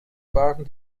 waren